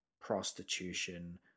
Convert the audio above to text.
prostitution